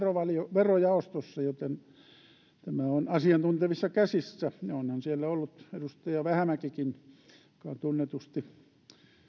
verojaostossa joten tämä on asiantuntevissa käsissä ja onhan siellä ollut edustaja vähämäkikin joka on tunnetusti